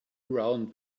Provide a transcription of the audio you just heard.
around